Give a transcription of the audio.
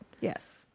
Yes